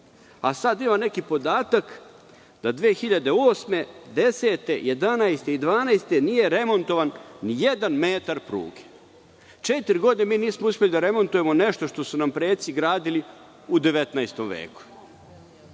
Sada ima neki podatak da 2008, 2010, 2011. i 2012. godine nije remontovan ni jedan metar pruge. Četiri godine mi nismo uspeli da remontujemo nešto što su nam preci gradili u 19. veku.